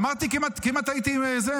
אמרתי, כמעט שכנעת אותי.